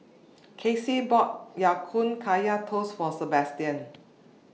Kelsea bought Ya Kun Kaya Toast For Sebastian